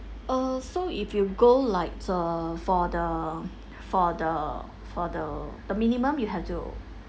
uh so if you go like uh for the for the for the the minimum you have to